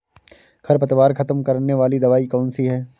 खरपतवार खत्म करने वाली दवाई कौन सी है?